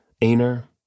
Aner